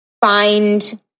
find